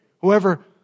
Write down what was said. whoever